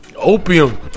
Opium